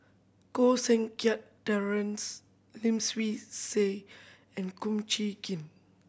Koh Seng Kiat Terence Lim Swee Say and Kong Chee Kin